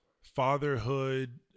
Fatherhood